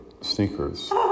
sneakers